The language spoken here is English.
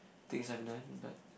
things I have done but